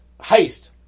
heist